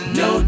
no